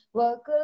work